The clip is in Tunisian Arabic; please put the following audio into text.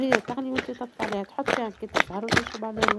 هي تغلي وأنت تطفي عليها تحط فيها قطرات الزهر وتشرب على روحك